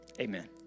Amen